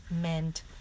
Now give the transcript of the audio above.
meant